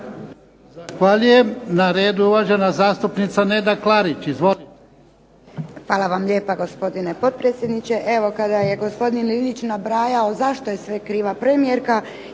Hvala vam lijepa gospdine potpredsjedniče.